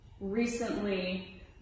Recently